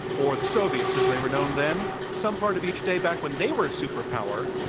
or the soviets, as they were known then. some part of each day, back when they were a superpower,